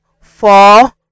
four